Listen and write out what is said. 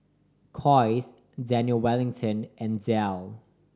Kose Daniel Wellington and Dell